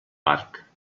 parc